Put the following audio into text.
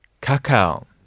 cacao